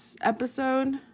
episode